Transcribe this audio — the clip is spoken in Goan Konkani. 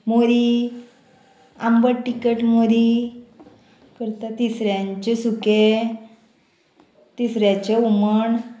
मोरी आंबट तिकट मोरी करता तिसऱ्यांचें सुकें तिसऱ्याचें हुमण